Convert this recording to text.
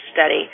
study